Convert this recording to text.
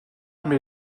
mais